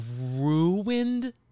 ruined